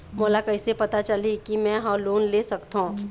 मोला कइसे पता चलही कि मैं ह लोन ले सकथों?